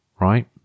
right